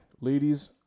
ladies